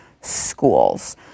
schools